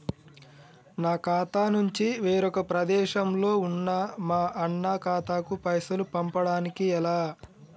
నా ఖాతా నుంచి వేరొక ప్రదేశంలో ఉన్న మా అన్న ఖాతాకు పైసలు పంపడానికి ఎలా?